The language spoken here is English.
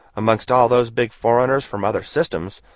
amongst all those big foreigners from other systems,